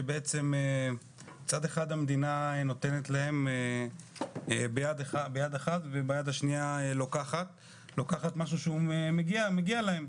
כאשר ביד אחת המדינה נותנת להם וביד השנייה לוקחת משהו שמגיע להם.